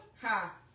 ha